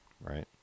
right